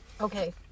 Okay